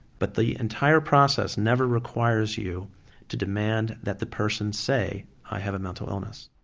but the entire process never requires you to demand that the person say i have a mental illness.